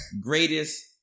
greatest